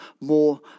more